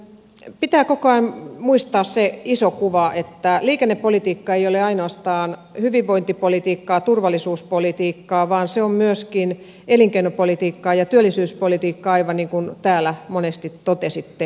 pitää koko ajan muistaa se iso kuva että liikennepolitiikka ei ole ainoastaan hyvinvointipolitiikkaa turvallisuuspolitiikkaa vaan se on myöskin elinkeinopolitiikkaa ja työllisyyspolitiikkaa aivan niin kuin täällä monesti totesitte hyvä niin